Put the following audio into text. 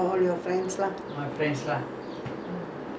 you all still in contact the T_C_I_B boys